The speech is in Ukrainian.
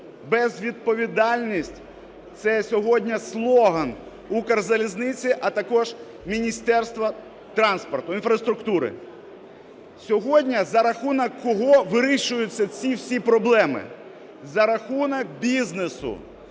Безвідповідальність – це сьогодні слоган Укрзалізниці, а також Міністерства інфраструктури. Сьогодні за рахунок кого вирішуються ці всі проблеми? За рахунок бізнесу.